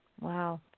Wow